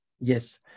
yes